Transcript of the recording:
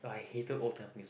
I hated old Tampines